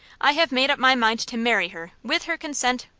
i have made up my mind to marry her with her consent,